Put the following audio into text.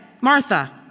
Martha